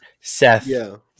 Seth